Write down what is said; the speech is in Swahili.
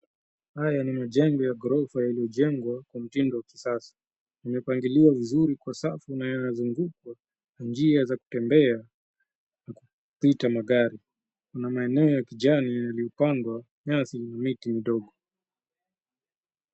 Haya ni majengo ya ghorofa yaliyojengwa kwa mtindo wa kisasa. Imepangiliwa vizuri kwa safu na yamezungukwa na njia za kutembea n kupita na gari. Kuna maeneo ya kijani yaliyopandwa nyasi na miti midogo.